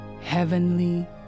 Heavenly